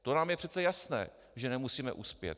To nám je přece jasné, že nemusíme uspět.